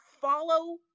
follow